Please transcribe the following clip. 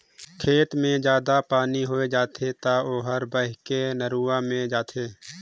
खेत मे जादा पानी होय जाथे त ओहर बहके नरूवा मे जाथे